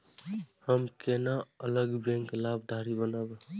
हम केना अलग बैंक लाभार्थी बनब?